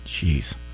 jeez